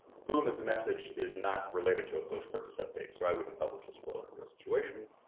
boom it's a message is not related to a post-purchase update, so i wouldn't publish this flow in a real situation,